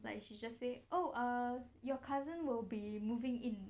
like she just say oh err your cousin will be moving in